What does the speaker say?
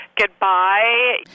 goodbye